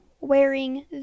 wearing